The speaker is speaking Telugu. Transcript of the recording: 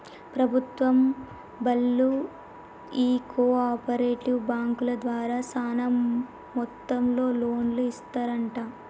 ప్రభుత్వం బళ్ళు ఈ కో ఆపరేటివ్ బాంకుల ద్వారా సాన మొత్తంలో లోన్లు ఇస్తరంట